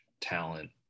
talent